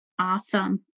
Awesome